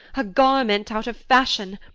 a garment out of fashion,